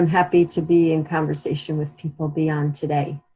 happy to be in conversation with people beyond today.